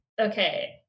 okay